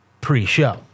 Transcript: pre-show